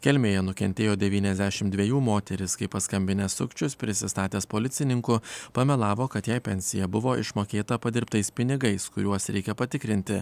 kelmėje nukentėjo devyniasdešim dvejų moteris kai paskambinęs sukčius prisistatęs policininku pamelavo kad jai pensija buvo išmokėta padirbtais pinigais kuriuos reikia patikrinti